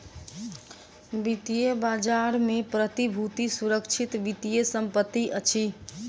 वित्तीय बजार में प्रतिभूति सुरक्षित वित्तीय संपत्ति अछि